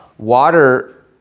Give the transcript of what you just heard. Water